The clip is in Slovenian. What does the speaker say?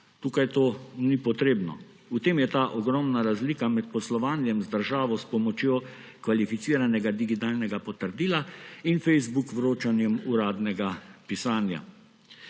Tukaj to ni potrebno. V tem je ta ogromna razlika med poslovanjem z državo s pomočjo kvalificiranega digitalnega potrdila in Facebook vročanjem uradnega pisanja.